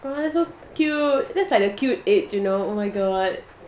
!wah! that's so cute that's like the cute age you know oh my god